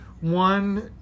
One